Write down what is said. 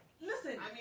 Listen